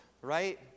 Right